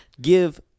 give